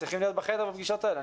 הם צריכים להיות בחדר בפגישות האלה.